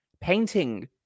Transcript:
painting